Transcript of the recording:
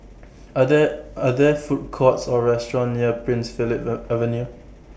Are There Are There Food Courts Or restaurants near Prince Philip Are Avenue